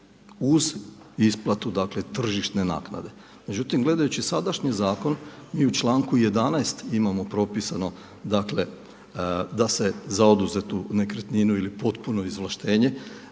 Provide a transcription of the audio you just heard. uz isplatu dakle tržišne naknade. Međutim, gledajući sadašnji zakon mi u članku 11. imamo propisano dakle da se za oduzetu nekretninu ili potpuno izvlaštenje